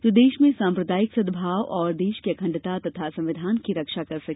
जो देश में साम्प्रदायिक सदभाव व देश की अखंडता व संविधान की रक्षा कर सके